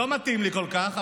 לא מתאים לי כל כך,